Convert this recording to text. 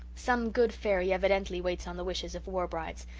some good fairy evidently waits on the wishes of war-brides.